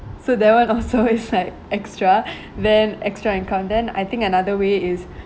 so that one also is like extra then extra income then I think another way is